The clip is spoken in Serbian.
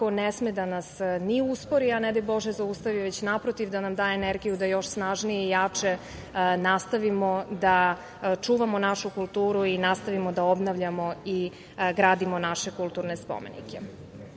ne sme da nas ni uspori, a ne daj Bože zaustavi, već naprotiv da nam daje energiju da još snažnije i jače nastavimo da čuvamo našu kulturu i nastavimo da obnavljamo i gradimo naše kulturne